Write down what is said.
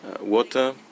water